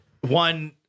one